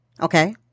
Okay